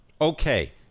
okay